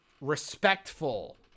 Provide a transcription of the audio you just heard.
respectful